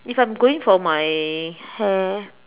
if I'm going for my hair